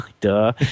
duh